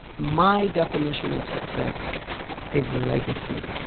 my definition of success is legacy.